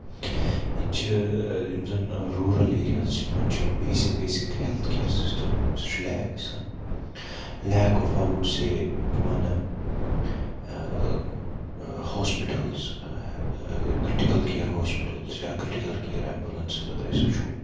ییٚتہِ چھِ یِم زَن رُورل ایریاز چھِ یِمن چھُ basic basic health care system سُہ چھُ لیک گژھان lack of I would say بہٕ وَنہٕ ہاسپِٹلٕز کرٹِکل کِیر ہاسپِٹلٕز یا کرٹِکل کِیر ایمبلنسٕز اَگرے أسۍ وُچھَو